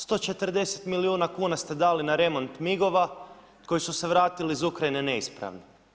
140 milijuna kuna ste dali na remont MIG-ova koji su se vratili iz Ukrajine neispravni.